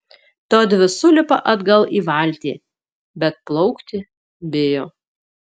todvi sulipa atgal į valtį bet plaukti bijo